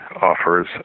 offers